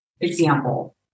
Example